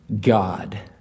God